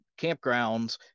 campgrounds